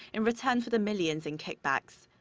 in return for the millions in kickbacks.